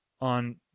on